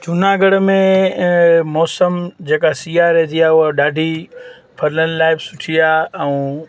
जूनागढ़ में मौसम जेका सीयारे जी आहे उहा ॾाढी फलनि लाइ बि सुठी आहे ऐं